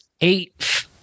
eight